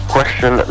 Question